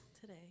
today